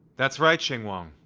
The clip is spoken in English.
that's right, xinguang.